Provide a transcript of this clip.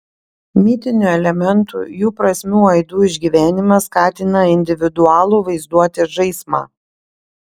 mitinių elementų jų prasmių aidų išgyvenimas skatina individualų vaizduotės žaismą